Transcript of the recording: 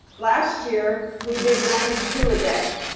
last year, we did ninety two a day.